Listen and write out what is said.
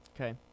Okay